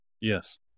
Yes